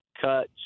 cuts